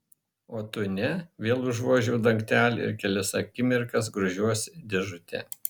o tu ne vėl užvožiu dangtelį ir kelias akimirkas grožiuosi dėžute